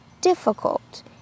difficult